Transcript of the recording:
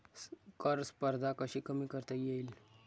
कर स्पर्धा कशी कमी करता येईल?